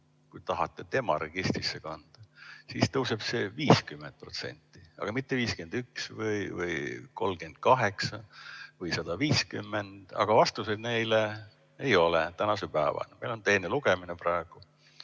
maaparandusühistu registrisse kanda, siis tõuseb see 50%, mitte 51 või 38 või 150. Aga vastuseid neile ei ole tänase päevani. Meil on teine lugemine praegu,